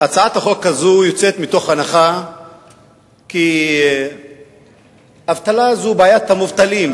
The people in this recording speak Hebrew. הצעת החוק הזאת יוצאת מתוך הנחה כי אבטלה היא בעיית המובטלים,